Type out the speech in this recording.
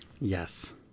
Yes